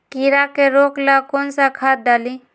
कीड़ा के रोक ला कौन सा खाद्य डाली?